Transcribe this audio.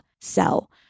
sell